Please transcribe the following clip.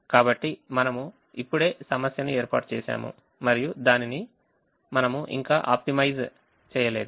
కాబట్టి మనము ఇప్పుడే సమస్యను ఏర్పాటు చేసాముమరియు మనము దానిని ఇంకా ఆప్టిమైజ్ చేయలేదు